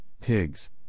pigs